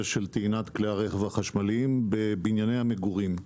טעינת כלי הרכב החשמליים בבנייני המגורים.